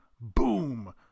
boom